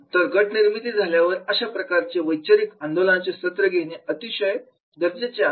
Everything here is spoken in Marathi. तर गट निर्मिती झाल्यावर अशा प्रकारचे वैचारिक आंदोलनांचे सत्र घेणे अतिशय गरजेचे आहे